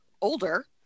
older